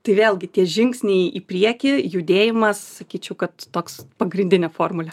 tai vėlgi tie žingsniai į priekį judėjimas sakyčiau kad toks pagrindinė formulė